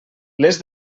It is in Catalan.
les